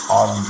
on